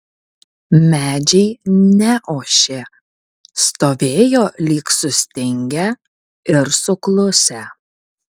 medžiai neošė stovėjo lyg sustingę ir suklusę